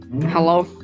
hello